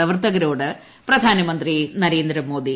പ്രവർത്തകരോട് പ്രധാനമന്ത്രി നരേന്ദ്രമോദി